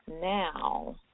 now